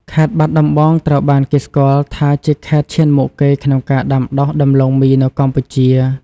ខេត្តបាត់ដំបង ត្រូវបានគេស្គាល់ថាជាខេត្តឈានមុខគេក្នុងការដាំដុះដំឡូងមីនៅកម្ពុជា។